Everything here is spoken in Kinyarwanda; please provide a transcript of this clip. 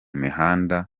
mihanda